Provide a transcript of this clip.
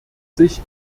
sich